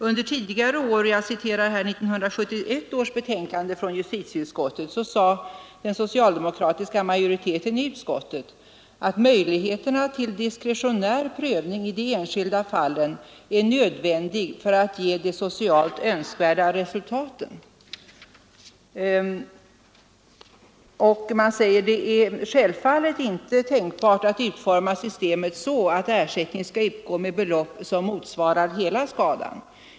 Under tidigare år — jag citerar här 1971 års betänkande nr 5 från justitieutskottet — sade den socialdemokratiska majoriteten att ”möjligheter till diskretionär prövning i de enskilda fallen” är nödvändiga ”för att ge de socialt önskvärda resultaten”. Man tillade att det självfallet inte var tänkbart att ”utforma systemet så att ersättning skall utgå med belopp ——— som motsvarar hela skadan”.